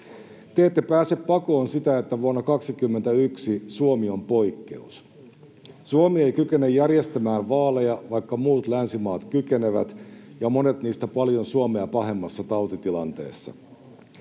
Te ette pääse pakoon sitä, että vuonna 21 Suomi on poikkeus. Suomi ei kykene järjestämään vaaleja, vaikka muut länsimaat kykenevät, ja monet niistä paljon Suomea pahemmassa tautitilanteessa.